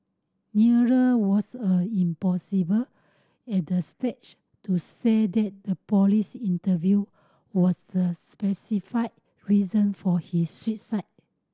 neither was a impossible at this stage to say that the police interview was the specify reason for his suicide